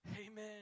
Amen